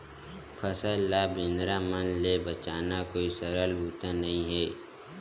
फसल ल बेंदरा मन ले बचाना कोई सरल बूता नइ हे